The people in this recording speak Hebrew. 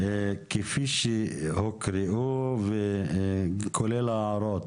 כפי שהוקראו, כולל ההערות